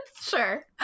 Sure